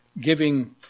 giving